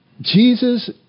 Jesus